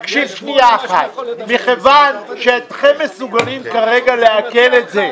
תקשיב שניה אחת: מכיוון שאינכם מסוגלים כרגע לעכל את זה,